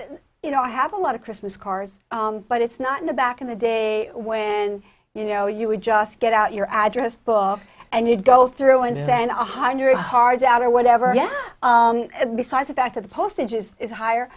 year you know i have a lot of christmas cards but it's not in the back in the day when you know you would just get out your address book and you'd go through and then a hundred cards out or whatever besides the fact that the postage is is higher